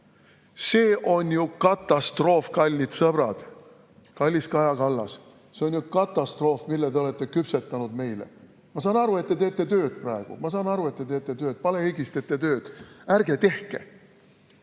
See on ju katastroof, kallid sõbrad! Kallis Kaja Kallas, see on katastroof, mille te olete küpsetanud meile! Ma saan aru, et te teete tööd praegu. Ma saan aru, et te teete tööd, palehigis teete tööd. Ärge tehke!